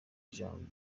ijambo